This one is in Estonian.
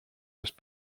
eest